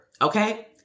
okay